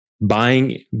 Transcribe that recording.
buying